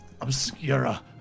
obscura